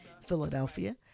Philadelphia